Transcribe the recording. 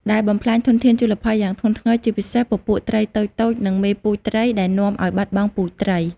ដែលបំផ្លាញធនធានជលផលយ៉ាងធ្ងន់ធ្ងរ ជាពិសេសពពួកត្រីតូចៗ និងមេពូជត្រី ដែលនាំឱ្យបាត់បង់ពូជត្រី។